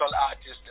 artists